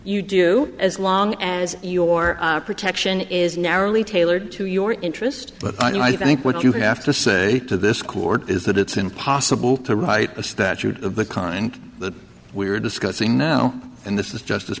you do as long as your protection is narrowly tailored to your interest but i think what you have to say to this court is that it's impossible to write a statute of the kind that we are discussing now and this is just